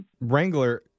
Wrangler